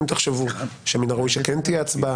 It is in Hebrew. אם תחשבו שמן הראוי שכן תהיה הצבעה,